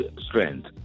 strength